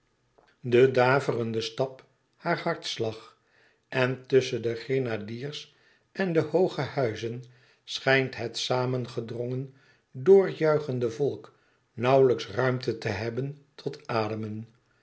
de daverende stap haar hartslag en tusschen de grenadiers en de hooge huizen schijnt het samengedrongen dr juichende volk nauwlijks ruimte te hebben tot ademen